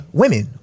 women